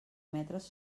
metres